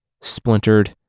splintered